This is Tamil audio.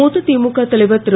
மூத்த திமுக தலைவர் திரு